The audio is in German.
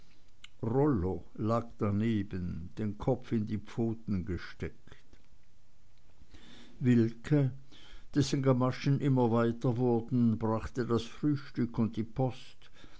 rollo lag daneben den kopf in die pfoten gesteckt wilke dessen gamaschen immer weiter wurden brachte das frühstück und die post